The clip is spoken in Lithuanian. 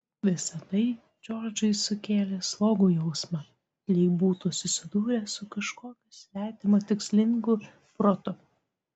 visa tai džordžui sukėlė slogų jausmą lyg būtų susidūręs su kažkokiu svetimu tikslingu protu